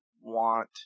want